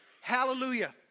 Hallelujah